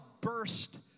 burst